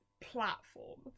Platform